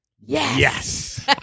Yes